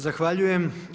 Zahvaljujem.